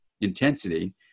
intensity